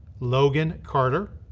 logan carter,